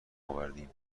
آوردیم